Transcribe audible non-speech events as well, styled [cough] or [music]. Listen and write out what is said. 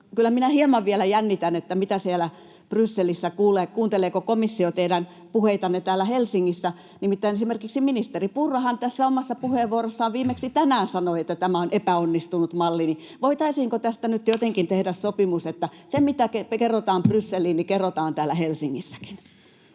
hieman vielä jännitän sitä, mitä siellä Brysselissä kuulee, kuunteleeko komissio teidän puheitanne. Täällä Helsingissähän nimittäin esimerkiksi ministeri Purra omassa puheenvuorossaan viimeksi tänään sanoi, että tämä on epäonnistunut malli. Voitaisiinko tästä nyt jotenkin tehdä sopimus, [noise] että se, mitä kerrotaan Brysseliin, kerrotaan täällä Helsingissäkin.